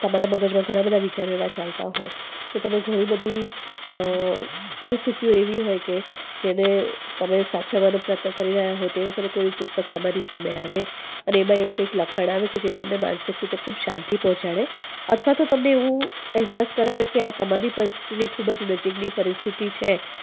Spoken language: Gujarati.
તમારા મગજમાં ઘણા બધા વિચારો એવા ચાલતાં હોય કે તમે ઘણી બધી પરિસ્થિતિઓ એવી હોય કે જેને તમે સાચવવાનો પ્રયત્ન કરી રહ્યાં હોય તે વખતે કોઈ પુસ્તક તમારી સામે આવે અને એમાં એવું કંઈક લખાણ આવે કે જેનાથી તમને માનસિક રીતે ખૂબ શાંતિ પહોંચાડે અથવા તો તમને એવું અહેસાસ કરાવે કે આ તમારી પરિસ્થિતીની ખૂબ જ નજીકની પરિસ્થિતિ છે